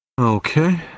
Okay